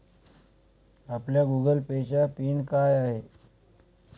आपला Google Pay चा PIN काय आहे?